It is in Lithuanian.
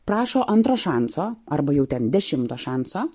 prašo antro šanso arba jau ten dešimto šanso